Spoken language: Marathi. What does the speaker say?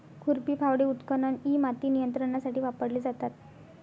खुरपी, फावडे, उत्खनन इ माती नियंत्रणासाठी वापरले जातात